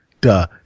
Duh